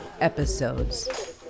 episodes